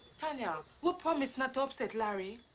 tanya, we promised not to upset larry.